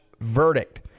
verdict